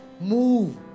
move